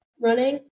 running